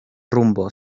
rumbo